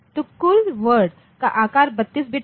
तो कुल वर्ड का आकार 32 बिट है